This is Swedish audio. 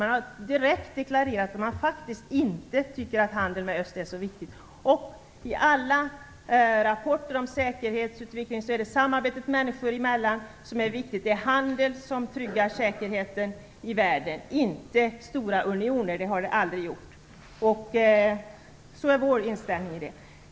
Man har direkt deklarerat att man faktiskt inte tycker att handel med öst är så viktigt. I alla rapporter om säkerhetsutveckling framgår att det samarbetet människor emellan som är viktigt. Det är handeln som tryggar säkerheten i världen, inte stora unioner - det har det aldrig varit. Så är vår inställning i den frågan.